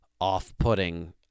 off-putting